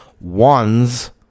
ones